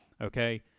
Okay